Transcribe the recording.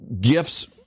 gifts